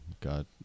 god